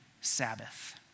Sabbath